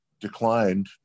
declined